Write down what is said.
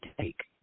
take